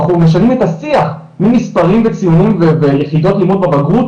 אנחנו משנים את השיח ממספרים וציונים ויחידות לימוד בבגרות,